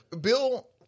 Bill